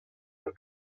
del